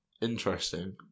interesting